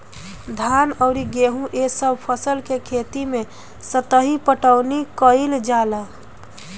धान अउर गेंहू ए सभ फसल के खेती मे सतही पटवनी कइल जाला